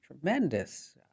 tremendous